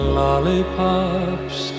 lollipops